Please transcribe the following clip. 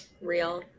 Real